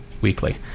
Weekly